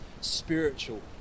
spiritual